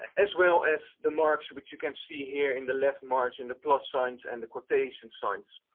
as well as the marks which you can see here in the left margin, the plus signs and the quotation signs.